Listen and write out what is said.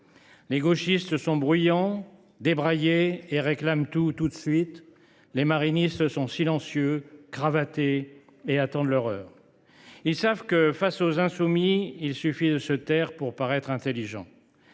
Les gauchistes sont bruyants, débraillés et réclament tout, tout de suite. Les Marinistes, quant à eux, sont silencieux, cravatés et attendent leur heure. Ils savent que, face aux Insoumis, il suffit de se taire pour paraître intelligents.